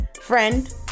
friend